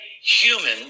human